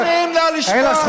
לא נעים לה לשמוע,